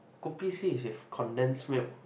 kopi C is with condensed milk